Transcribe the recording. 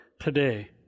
today